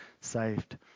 saved